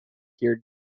here